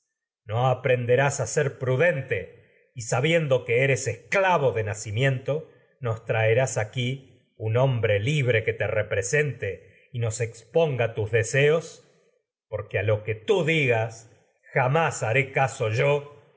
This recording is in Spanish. no aprenderás a ser prudente nos y sabiendo que eres esclavo de nacimiento un traerás aquí tus hombre libre que te represente a y nos exponga deseos porque lo no que tú digas jamás haré caso yo